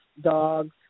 dogs